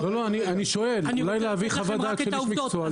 אני רק רוצה לתת לכם את העובדות.